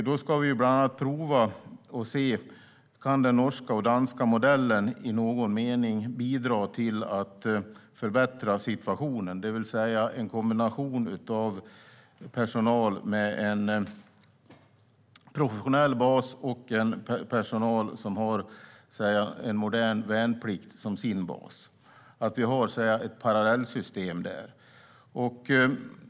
Då ska vi prova om de norska och danska modellerna i någon mening kan bidra till att förbättra situationen, det vill säga en kombination av personal med en professionell bas och personal som har en modern värnplikt som bas - ett parallellsystem.